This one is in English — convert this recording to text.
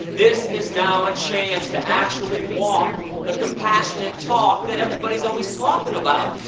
this is now a chance to actually walk the compassionate talk that everybody is always talking about.